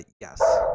yes